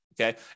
Okay